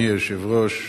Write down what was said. אדוני היושב-ראש,